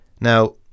now